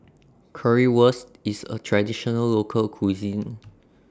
Currywurst IS A Traditional Local Cuisine